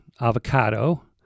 avocado